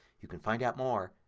you can find out more,